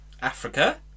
Africa